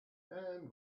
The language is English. and